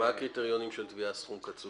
הקריטריונים של תביעה על סכום קצוב?